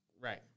Right